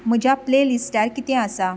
म्हज्या प्ले लिस्टार कितें आसा